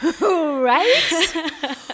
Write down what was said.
Right